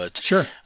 Sure